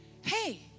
hey